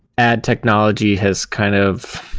ad technology has kind of